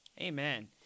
Amen